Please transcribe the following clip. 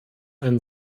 ein